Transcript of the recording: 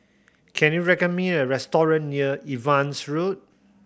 can you recommend me a restaurant near Evans Road